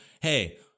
hey